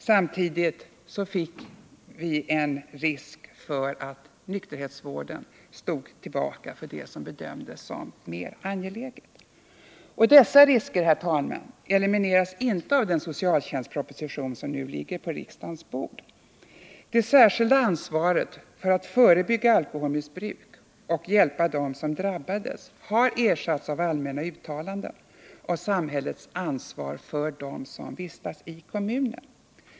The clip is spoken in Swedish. Samtidigt fick vi en risk för att nykterhetsvården stod tillbaka för det som bedömdes som mer angeläget. Dessa risker, herr talman, elimineras inte av den socialtjänstproposition som nu ligger på riksdagens bord. Det särskilda ansvaret för att förebygga alkoholmissbruk och hjälpa dem som drabbas har ersatts av allmänna uttalanden om samhällets ansvar för dem som vistas i kommunen.